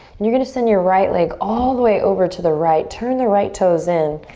and you're going to send your right leg all the way over to the right. turn the right toes in.